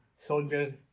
soldiers